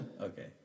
Okay